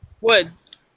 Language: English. woods